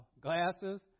glasses